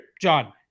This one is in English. john